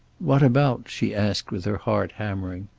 what about? she asked, with her heart hammering.